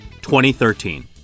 2013